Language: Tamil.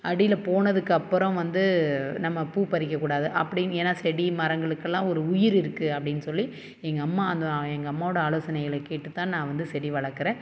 அடியில் போனதுக்கப்புறம் வந்து நம்ம பூ பறிக்கக்கூடாது அப்படின் ஏன்னா செடி மரங்களுக்கெலாம் ஒரு உயிர் இருக்குது அப்படின் சொல்லி எங்கள் அம்மா அந்த எங்கள் அம்மாவோட ஆலோசனைகளை கேட்டு தான் நான் வந்து செடி வளர்க்கறேன்